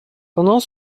pendant